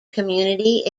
community